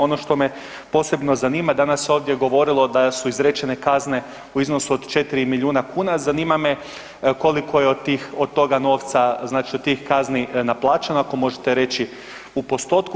Ono što me posebno zanima, danas se ovdje govorilo da su izrečene kazne u iznosu od 4 milijuna kn, zanima me koliko je od toga novca, znači od tih kazni naplaćeno ako možete reći u postotku?